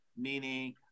meaning